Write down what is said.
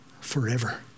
forever